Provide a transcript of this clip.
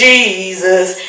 Jesus